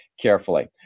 carefully